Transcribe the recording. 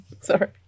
Sorry